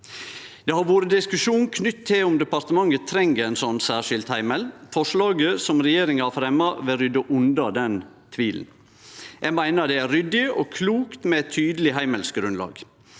Det har vore diskusjon knytt til om departementet treng ein særskild heimel. Forslaget som regjeringa har fremja, vil rydde unna den tvilen. Eg meiner det er ryddig og klokt med eit tydeleg heimelsgrunnlag.